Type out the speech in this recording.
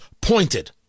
pointed